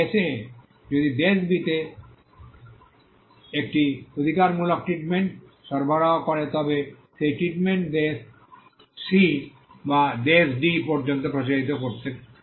দেশ এ যদি দেশ বিতে একটি অগ্রাধিকারমূলক ট্রিটমেন্ট সরবরাহ করে তবে সেই ট্রিটমেন্টটি দেশ সি বা দেশ ডি পর্যন্ত প্রসারিত করতে হবে